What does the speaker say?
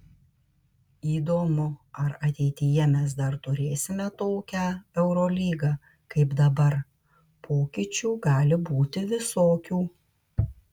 įdomu ar ateityje mes dar turėsime tokią eurolygą kaip dabar pokyčių gali būti visokių